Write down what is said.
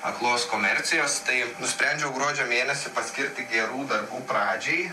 aklos komercijos tai nusprendžiau gruodžio mėnesį paskirti gerų darbų pradžiai